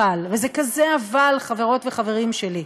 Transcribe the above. אבל, וזה כזה אבל, חברות וחברים שלי,